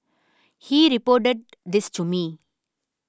he reported this to me